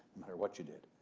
matter what you did,